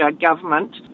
government